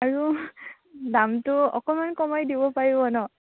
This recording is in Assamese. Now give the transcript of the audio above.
আৰু দামটো অকণমান কমাই দিব পাৰিব ন